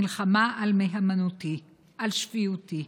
מלחמה על מהימנותי, על שפיותי.